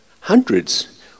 hundreds